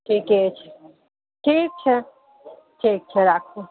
ठिके छै ठीक छै ठीक छै राखू